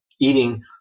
eating